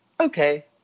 Okay